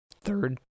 third